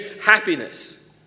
happiness